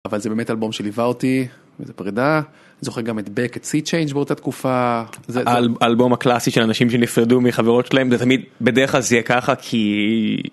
אבל זה באמת אלבום שליווה אותי, וזה פרידה. זוכר גם את Beck את Sea Change באותה תקופה... זה אלבום הקלאסי של אנשים שנפרדו מחברות שלהם זה תמיד, בדרך כלל זה יהיה ככה כי...